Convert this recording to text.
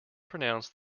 pronounced